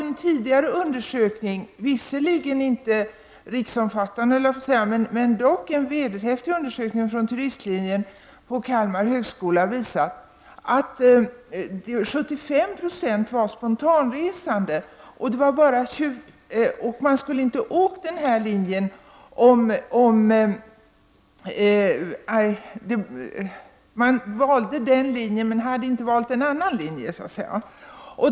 En tidigare undersökning — visserligen inte riksomfattande, men dock en vederhäftig undersökning — från turistlinjen på Kalmar högskola har visat att 75 96 var spontanresande. Man valde den här linjen, men man kanske egentligen inte skulle ha valt en annan linje.